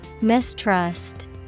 Mistrust